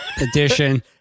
edition